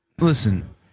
Listen